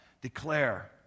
declare